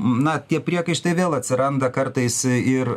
na tie priekaištai vėl atsiranda kartais ir